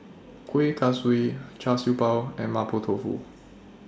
Kuih Kaswi Char Siew Bao and Mapo Tofu